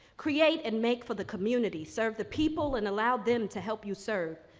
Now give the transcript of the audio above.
create and make for the community, serve the people, and allow them to help you serve,